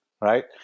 right